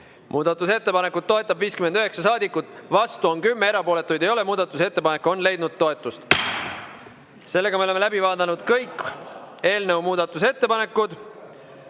Muudatusettepanekut toetab 59 saadikut, vastu on 10, erapooletuid ei ole. Muudatusettepanek on leidnud toetust.Me oleme läbi vaadanud kõik eelnõu muudatusettepanekud.